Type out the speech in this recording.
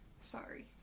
Sorry